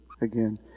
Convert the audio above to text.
again